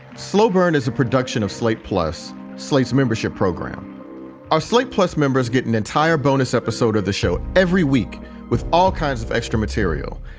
slow burn is a production of slate plus slate's membership program ah slate plus members get an entire bonus episode of the show every week with all kinds of extra material,